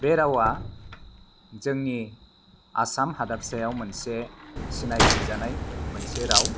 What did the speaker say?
बे रावा जोंनि आसाम हादाबसायाव मोनसे सिनायथि जानाय मोनसे राव